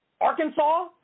Arkansas